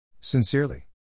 Sincerely